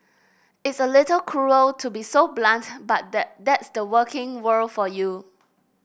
it's a little cruel to be so blunt but that that's the working world for you